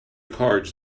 cards